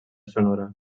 sonora